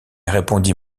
répondit